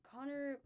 Connor